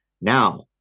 Now